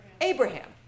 Abraham